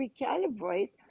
recalibrate